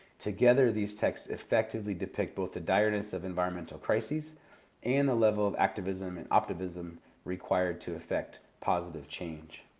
together, these texts effectively depict both the direness of environmental crises and the level of activism and optimism required to effect positive change.